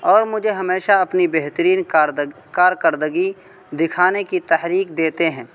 اور مجھے ہمیشہ اپنی بہترین کارکردگی دکھانے کی تحریک دیتے ہیں